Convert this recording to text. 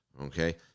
Okay